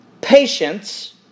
patience